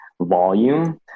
volume